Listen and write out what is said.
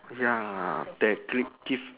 ya that